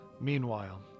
Meanwhile